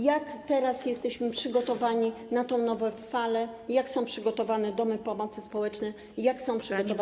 Jak teraz jesteśmy przygotowani na tę nową falę, jak są przygotowane domy pomocy społecznej i jak są przygotowane.